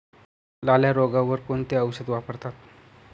लाल्या रोगावर कोणते औषध वापरतात?